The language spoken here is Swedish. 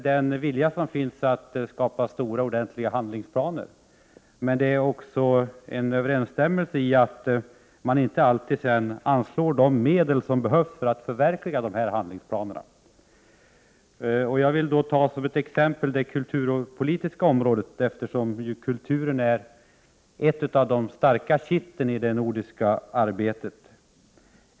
Den vilja som finns att skapa stora, ordentliga handlingsplaner har poängterats flera gånger tidigare. Men man har inte alltid anslagit de medel som behövs för att förverkliga dessa handlingsplaner. Jag vill ta som exempel det kulturpolitiska området, eftersom ju kulturen är ett av de starkaste kitten i det nordiska arbetet.